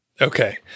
Okay